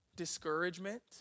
Discouragement